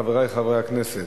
חברי חברי הכנסת,